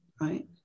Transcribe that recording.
right